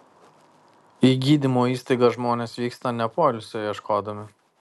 į gydymo įstaigas žmonės vyksta ne poilsio ieškodami